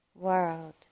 world